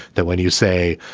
that when you say,